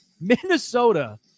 Minnesota